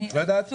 את לא יודעת?